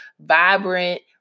vibrant